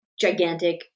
gigantic